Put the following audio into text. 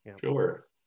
sure